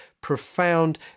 profound